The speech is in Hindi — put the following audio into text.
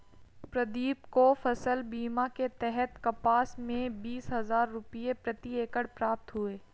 प्रदीप को फसल बीमा के तहत कपास में बीस हजार रुपये प्रति एकड़ प्राप्त हुए